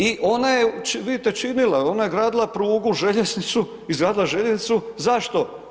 I ona je, vidite činila, ona je gradila prugu željeznicu, izgradila željeznicu, zašto?